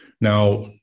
Now